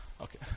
Okay